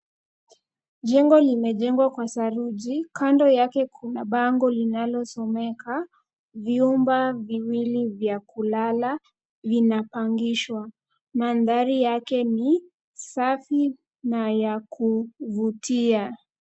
Jengo limejengwa kwa saruji kando yake kuna bango linalosomeka vyumba viwili vya kulala vinapangishwa. Mandhari yake ni safi na ya kuvutia.